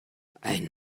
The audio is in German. ein